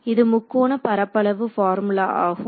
இது முக்கோண பரப்பளவு பார்முலா ஆகும்